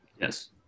Yes